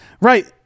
Right